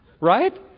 Right